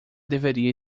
deveria